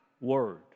word